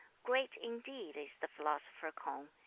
great indeed is the philosopher k'ung!